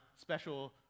special